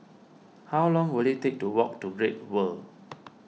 how long will it take to walk to Great World